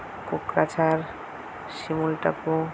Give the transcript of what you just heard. কোকড়াঝাড় শিমল টাপু